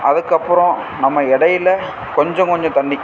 அதுக்கப்புறம் நம்ம இடையில கொஞ்சம் கொஞ்சம் தண்ணி